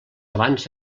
abans